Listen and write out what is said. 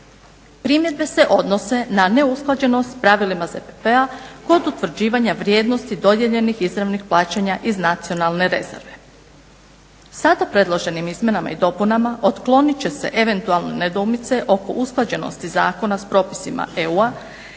Primjedbe se odnose na neusklađenost pravilima ZPP-a kod utvrđivanja vrijednosti dodijeljenih izravnih plaćanja iz nacionalne rezerve. Sada predloženim izmjenama i dopunama otklonit će se eventualne nedoumice oko usklađenosti zakona s propisima EU-a